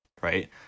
Right